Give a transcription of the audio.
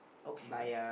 okay